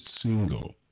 single